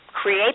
create